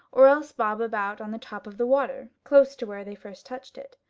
or else bob about on the top of the water close to where they first touched it.